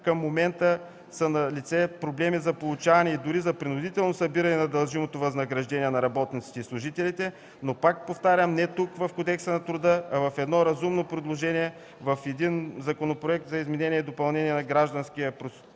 към момента са налице проблеми за получаване и дори за принудително събиране на дължимото възнаграждение на работниците и служителите, но, пак повтарям, не тук, в Кодекса на труда, а в едно разумно предложение в един законопроект за изменение и допълнение на Гражданския процесуален